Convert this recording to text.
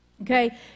Okay